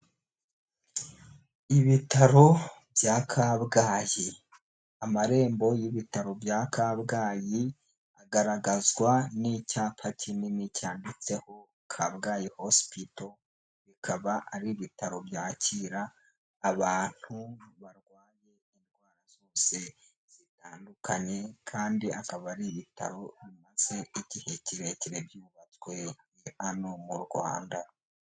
Ibitaro bya Kabgayi . Amarembo y'ibitaro bya kabgayi agaragazwa n'icyapa kinini cyanditseho Kabgayi hospital. Bikaba ari ibitaro byakira abantu barwaye indwara zose zitandukanye, kandi akaba ari ibitaro bimaze igihe kirekire byubatswe hano mu Rwanda.